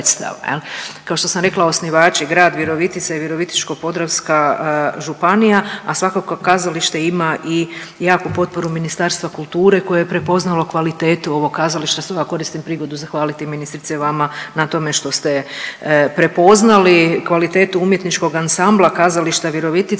Kao što sam rekla osnivači grad Virovitica i Virovitičko-podravska županija, a svakako kazalište ima i jaku potporu Ministarstva kulture koje je prepoznalo kvalitetu ovog kazališta, a koristim prigodu zahvaliti ministrice vama na tome što ste prepoznali kvalitetu umjetničkog ansambla Kazališta Virovitica